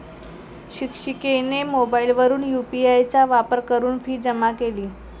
शिक्षिकेने मोबाईलवरून यू.पी.आय चा वापर करून फी जमा केली